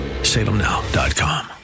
Salemnow.com